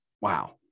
wow